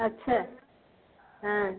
अच्छा हाँ